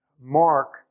mark